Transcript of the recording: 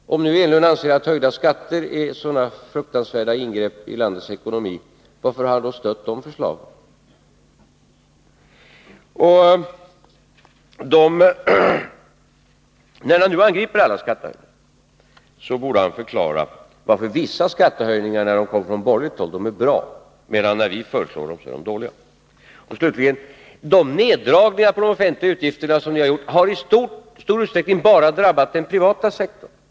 Om nu Eric Enlund anser att höjda skatter är så fruktansvärda ingrepp i landets ekonomi, varför har han då stött de förslagen? Och när han nu angriper alla skattehöjningar borde han förklara varför vissa skattehöjningar — när de kommer från borgerligt håll — är bra, medan de är dåliga när vi föreslår dem. Slutligen: De neddragningar av de offentliga utgifterna som ni har gjort har i stor utsträckning drabbat enbart den privata sektorn.